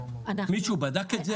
מישהו בדק את זה?